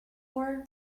for